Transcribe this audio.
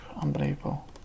Unbelievable